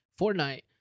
Fortnite